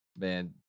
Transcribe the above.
Man